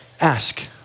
Ask